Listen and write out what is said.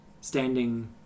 standing